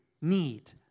need